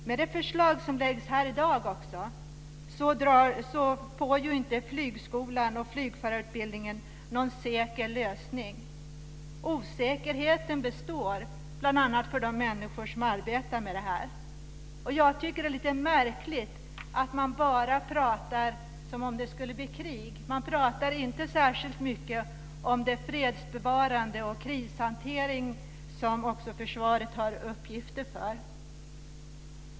Med det förslag som läggs här i dag får inte Flygskolan och flygförarutbildningen någon säker lösning. Osäkerheten består, bl.a. för de människor som arbetar med det här. Jag tycker att det är lite märkligt att man bara pratar som om det skulle bli krig, men inte särskilt mycket om det fredsbevarande och den krishantering som försvaret också har uppgifter för.